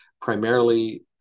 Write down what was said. primarily